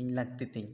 ᱤᱧ ᱞᱟᱹᱠᱛᱤ ᱛᱮᱧ